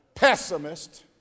Pessimist